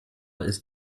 ist